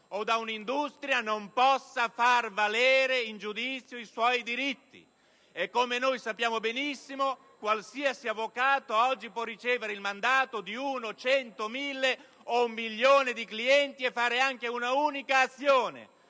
o da un'industria, non possa far valere in giudizio i suoi diritti. Come sappiamo benissimo, qualsiasi avvocato oggi può ricevere il mandato di uno, cento, mille o un milione di clienti e proporre anche un'unica azione